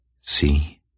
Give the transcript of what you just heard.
See